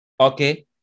Okay